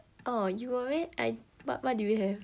orh you already I but what do we have